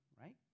right